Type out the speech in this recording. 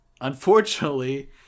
unfortunately